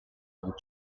would